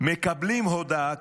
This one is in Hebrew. מקבלים הודעה,